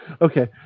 Okay